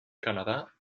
canadà